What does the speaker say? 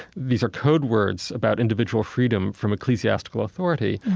these are code words about individual freedom from ecclesiastical authority,